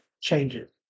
changes